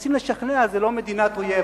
ומנסים לשכנע: זו לא מדינת אויב.